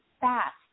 fast